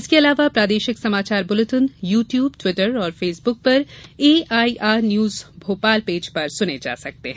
इसके अलावा प्रादेशिक समाचार बुलेटिन यू ट्यूब ट्विटर और फेसबुक पर एआईआर न्यूज भोपाल पेज पर सुने जा सकते हैं